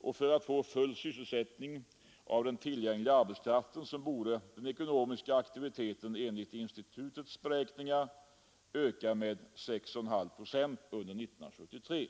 och för att få full sysselsättning för den tillgängliga arbetskraften borde den ekonomiska aktiviteten enligt institutets beräkningar öka med 6,5 procent under 1973.